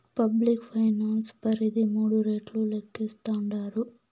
public finance పరిధి మూడు రెట్లు లేక్కేస్తాండారు